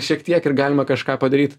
šiek tiek ir galima kažką padaryt